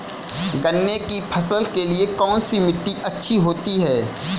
गन्ने की फसल के लिए कौनसी मिट्टी अच्छी होती है?